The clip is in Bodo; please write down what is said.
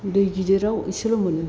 दै गिदिराव एसेल' मोनो